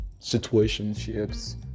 situationships